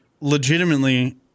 legitimately